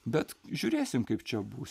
bet žiūrėsim kaip čia bus